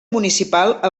municipal